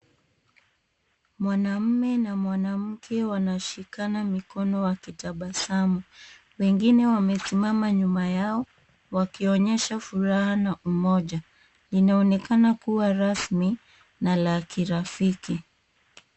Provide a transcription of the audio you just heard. Mwanaume na mwanamke wanashikana mikono wakitabasamu. Wengine wamesimama nyuma yao wakionyesha furaha na umoja. Inaonekana kuwa rasmi na la kirafiki.